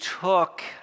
took